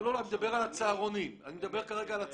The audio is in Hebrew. לא, אני מדבר כרגע על הצהרונים.